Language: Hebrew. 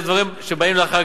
זה דברים שבאים לאחר,